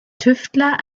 tüftler